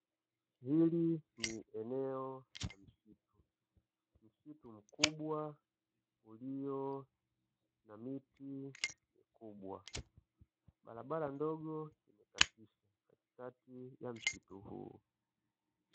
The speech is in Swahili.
Hili ni eneo la msitu, msitu mkubwa ulio na miti mikubwa, barabara ndogo imekatisha katikati ya msitu huu.